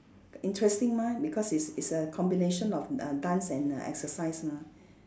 interesting mah because it's it's a combination of err dance and uh exercise mah